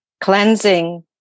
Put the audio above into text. Cleansing